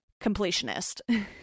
completionist